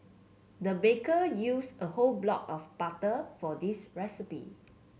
the baker used a whole block of butter for this recipe